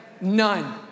None